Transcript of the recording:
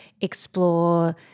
explore